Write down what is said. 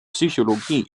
psychologie